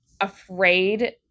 afraid